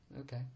Okay